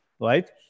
Right